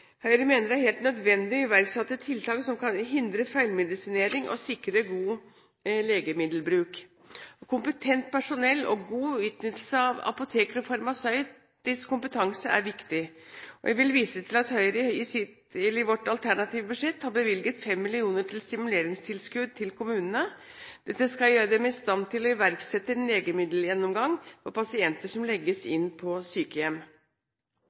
Høyre mener det er helt nødvendig å iverksette tiltak som kan hindre feilmedisinering og sikre god legemiddelbruk. Kompetent personell og god utnyttelse av apoteker og farmasøytisk kompetanse er viktig. Jeg vil vise til at Høyre i sitt alternative budsjett har bevilget 5 mill. kr til stimuleringstilskudd til kommunene. Dette skal gjøre dem i stand til å iverksette en legemiddelgjennomgang for pasienter som legges inn på sykehjem.